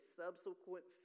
subsequent